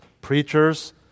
preachers